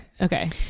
okay